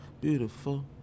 Beautiful